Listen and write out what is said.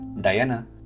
Diana